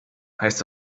heißt